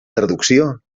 traducció